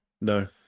No